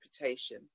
reputation